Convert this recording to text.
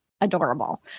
Adorable